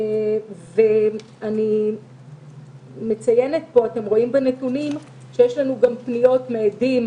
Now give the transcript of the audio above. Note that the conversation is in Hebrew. אני מציינת פה בנתונים שיש לנו גם פניות מעדים